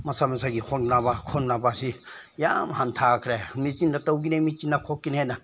ꯃꯁꯥ ꯃꯁꯥꯒꯤ ꯍꯣꯠꯅꯕ ꯈꯣꯠꯅꯕꯁꯤ ꯌꯥꯝ ꯍꯟꯊꯈ꯭ꯔꯦ ꯃꯦꯆꯤꯟꯅ ꯇꯧꯒꯅꯤ ꯃꯦꯆꯤꯟꯅ ꯈꯣꯠꯀꯅꯤ ꯍꯥꯏꯅ